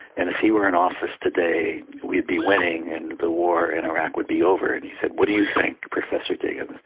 and if he were in office today, we'd be winning and the war in iraq would be over. and he said, what do you think, professor diggins?